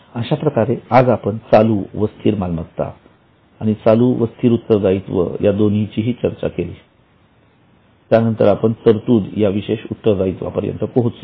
अश्याप्रकारे आज आपण चालू व स्थिर मालमत्ता आणि चालू व स्थिर उत्तरदायीयीत्व यादोन्हीची चर्चा केली त्यानंतर आपण तरतूद याविशेष उत्तरदायित्वापर्यंत पोहचलो